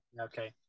Okay